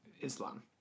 Islam